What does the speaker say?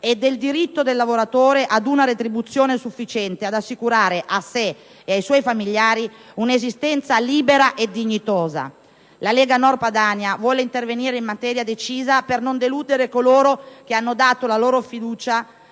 e del diritto del lavoratore ad una retribuzione sufficiente ad assicurare a sé e ai suoi familiari un'esistenza libera e dignitosa. La Lega Nord Padania vuole intervenire in maniera decisa per non deludere coloro che hanno dato la loro fiducia